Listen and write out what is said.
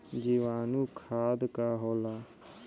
जीवाणु खाद का होला?